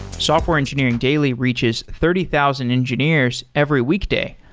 software engineering daily reaches thirty thousand engineers every week day,